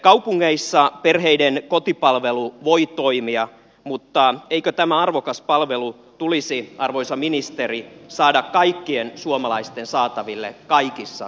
kaupungeissa perheiden kotipalvelu voi toimia mutta eikö tämä arvokas palvelu tulisi arvoisa ministeri saada kaikkien suomalaisten saataville kaikissa kunnissa